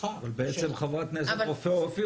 סליחה -- אבל בעצם חברת הכנסת רופא-אופיר